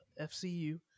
FCU